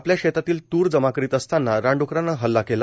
आपल्या शेतातील तूर जमा करीत असतांना रानड्कराने हल्ला केला